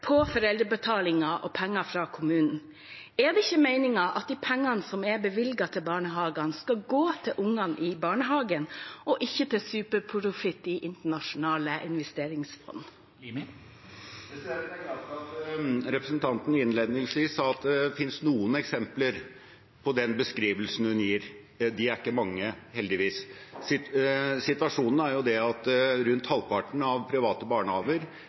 på foreldrebetalinger og penger fra kommunen? Er det ikke meningen at de pengene som er bevilget til barnehagene, skal gå til ungene i barnehagen og ikke til superprofitt i internasjonale investeringsfond? Jeg er glad for at representanten innledningsvis sa at det finnes noen eksempler på den beskrivelsen hun gir. De er ikke mange – heldigvis. Situasjonen er jo den at rundt halvparten av private barnehager